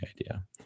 idea